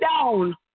down